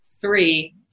three